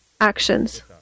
actions